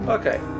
Okay